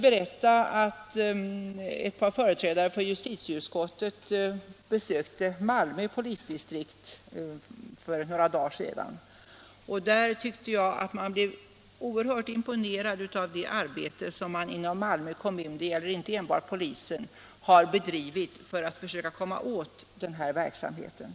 Ett par företrädare för justitieutskottet besökte för några dagar sedan Malmö polisdistrikt. Jag blev oerhört imponerad av det arbete som man inom Malmö kommun -— det gäller inte enbart polisen — har bedrivit för att försöka komma åt den här verksamheten.